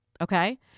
okay